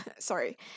Sorry